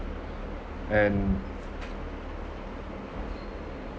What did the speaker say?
and